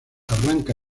arranca